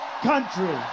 country